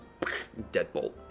deadbolt